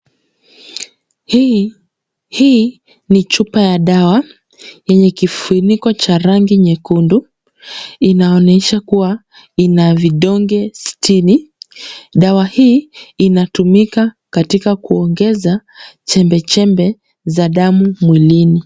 Hii ni chupa ya dawa yenye kifuniko cha rangi nyekundu. Inaonyesha kuwa ina vidonge sitini. Dawa hii inatumika katika kuongeza chembechembe za damu mwilini.